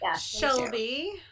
Shelby